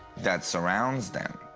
that surrounds them.